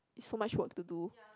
it's so much work to do